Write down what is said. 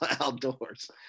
outdoors